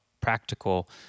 practical